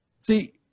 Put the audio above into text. see